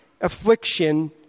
affliction